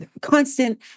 constant